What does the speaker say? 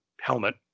helmet